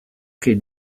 che